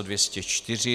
204.